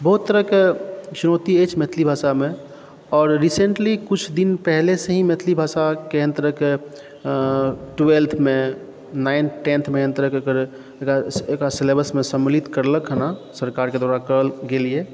बहुत तरहके चुनौती अछि मैथिली भाषामे आओर रिसेन्टली किछु दिन पहिले से ही मैथिली भाषाके अन्तर्गत टुेल्व्थ मे नाइन टेंथ मे एहन तरहके एकरा सिलेबस मे सम्मिल्लित करलक हन सरकारके द्वारा करल गेल यऽ